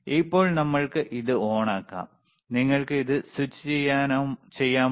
ഇപ്പോൾ നമ്മൾക്ക് ഇത് ഓണാക്കാം നിങ്ങൾക്ക് ഇത് സ്വിച്ച് ചെയ്യാമോ